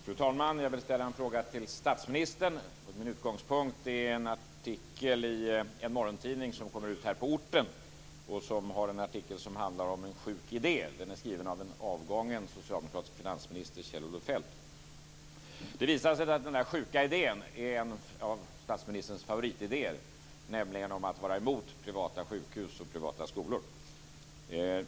Fru talman! Jag vill ställa en fråga till statsministern. Min utgångspunkt är en artikel i en morgontidning som kommer ut här på orten. Artikeln handlar om en "sjuk idé". Den är skriven av en avgången socialdemokratisk finansminister - Kjell-Olof Feldt. Det visar sig att denna "sjuka idé" är en av statsministerns favoritidéer, nämligen den om att vara emot privata sjukhus och privata skolor.